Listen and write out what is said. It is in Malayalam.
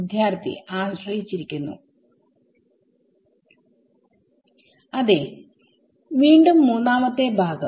വിദ്യാർത്ഥി ആശ്രയിച്ചിരിക്കുന്നു അതേ വീണ്ടും മൂന്നാമത്തെ ഭാഗം